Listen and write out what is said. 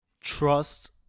Trust